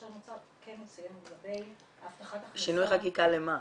עכשיו האוצר כן מציין לגבי הבטחת הכנסה -- שינוי חקיקה למה?